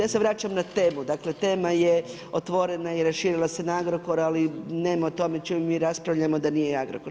Ja se vraćam na temu, dakle tema je otvorena i raširila se na Agrokor ali nema o tome čime mi raspravljamo da nije Agrokor.